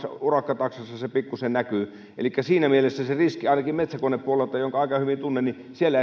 urakkataksassa se pikkuisen näkyy elikkä siinä mielessä sitä riskiä ainakaan metsäkonepuolella jonka aika hyvin tunnen siellä